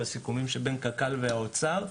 בסיכומים שבין קק"ל והאוצר.